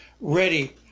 ready